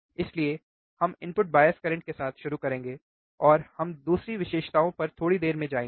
इसलिए हम input bias current के साथ शुरू करेंगे और हम दूसरी विशेषताओं पर थोड़ी देर में जाएंगे